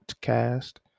cast